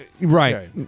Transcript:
right